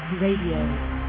Radio